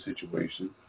situation